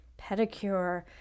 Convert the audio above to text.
pedicure